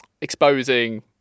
exposing